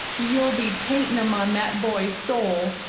you'll be paintin' em on that boy's soul,